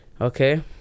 Okay